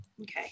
Okay